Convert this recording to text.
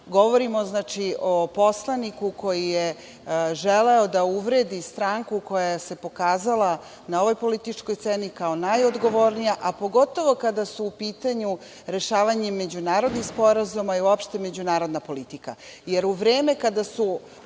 laž. Govorimo o poslaniku koji je želeo da uvredi stranku koja se pokazala, na ovoj političkoj sceni, kao najodgovornija, a pogotovo kada su u pitanju rešavanje međunarodnih sporazuma i uopšte međunarodna politika. Jer, u vreme kada su